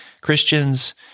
Christians